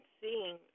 seeing